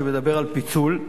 שמדבר על פיצול,